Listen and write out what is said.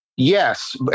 Yes